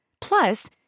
Plus